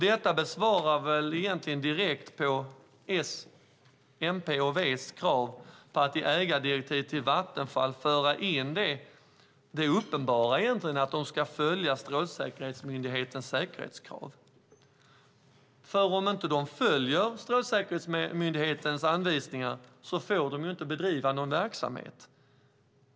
Detta svarar väl mot Socialdemokraternas, Miljöpartiets och Vänsterpartiets krav på att i ägardirektivet till Vattenfall föra in det uppenbara att de ska följa Strålsäkerhetsmyndighetens säkerhetskrav. Om de inte följer Strålsäkerhetsmyndighetens anvisningar får de ju inte bedriva någon verksamhet.